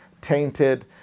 tainted